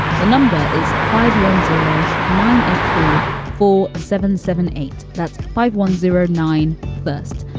the number is five one zero nine eight four four seven seven eight five one zero nine first.